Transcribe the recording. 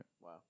Wow